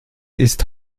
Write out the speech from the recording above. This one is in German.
ist